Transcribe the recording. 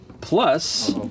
plus